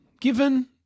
given